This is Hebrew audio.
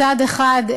מצד אחד,